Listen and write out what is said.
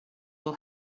will